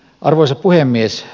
arvoisa puhemies